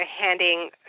handing